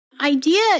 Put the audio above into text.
idea